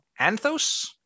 Anthos